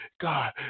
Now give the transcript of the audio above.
God